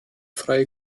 freie